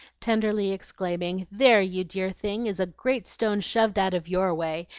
tenderly exclaiming there, you dear thing, is a great stone shoved out of your way,